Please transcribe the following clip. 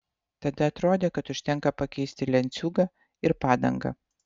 tada atrodė kad užtenka pakeisti lenciūgą ir padangą